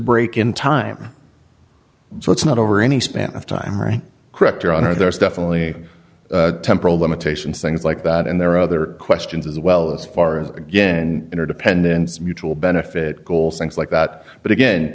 break in time so it's not over any span of time right correct or are there is definitely temporal limitations things like that and there are other questions as well as far as again and interdependence mutual benefit goals things like that but again